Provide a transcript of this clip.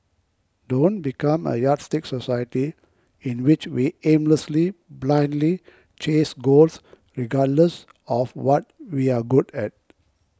don't become a yardstick society in which we aimlessly blindly chase goals regardless of what we're good at